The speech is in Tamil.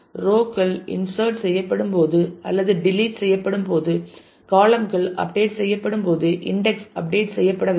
ரோ கள் இன்சர்ட் செய்யப்படும்போது அல்லது டெலிட் செய்யப்படும்போது காளம் கள் அப்டேட் செய்யப்படும்போது இன்டெக்ஸ் அப்டேட் செய்யப்பட வேண்டும்